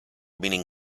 meaning